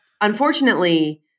Unfortunately